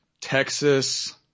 Texas